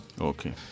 Okay